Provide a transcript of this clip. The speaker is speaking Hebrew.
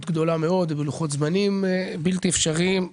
גדולה מאוד ובלוחות זמנים בלתי אפשריים.